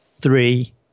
three